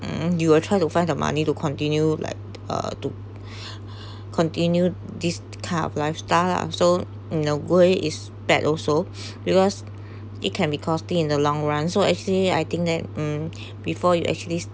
mm you will try to find the money to continue like uh to continued this type of lifestyle lah so in a way is bad also because it can be costly in the long run so actually I think that um before you actually